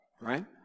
right